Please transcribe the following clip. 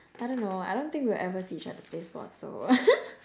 I don't know I don't think we'll ever see each other play sports so